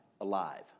alive